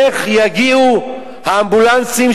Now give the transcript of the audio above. איך יגיעו האמבולנסים,